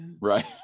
right